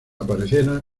apariciones